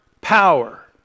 power